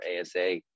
ASA